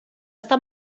està